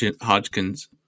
Hodgkins